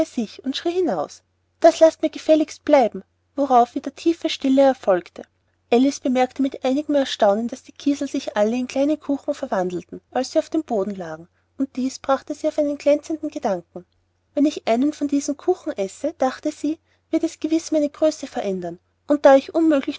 sich und schrie hinaus das laßt mir gefälligst bleiben worauf wieder tiefe stille erfolgte alice bemerkte mit einigem erstaunen daß die kiesel sich alle in kleine kuchen verwandelten als sie auf dem boden lagen und dies brachte sie auf einen glänzenden gedanken wenn ich einen von diesen kuchen esse dachte sie wird es gewiß meine größe verändern und da ich unmöglich